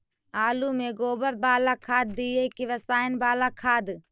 आलु में गोबर बाला खाद दियै कि रसायन बाला खाद?